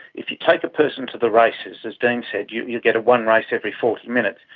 if you take a person to the races, as dean said, you you get a one race every forty minutes.